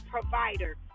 provider